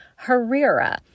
Harira